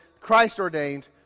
Christ-ordained